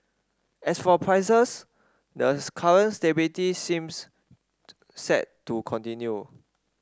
as for prices the current stability seems set to continue